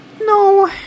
No